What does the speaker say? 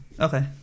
Okay